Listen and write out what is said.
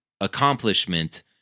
accomplishment